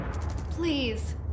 please